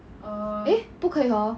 eh 不可以 hor